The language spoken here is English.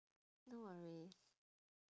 no worries